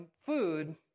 food